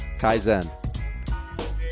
Kaizen